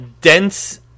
dense